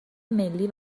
ملی